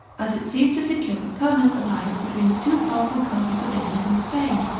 as it seemed to secure a permanent alliance between the two powerful countries of england and spain.